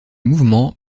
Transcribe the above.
mouvements